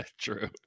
True